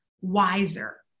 wiser